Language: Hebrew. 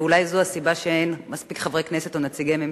ואולי זו הסיבה שאין מספיק חברי כנסת או נציגי ממשלה.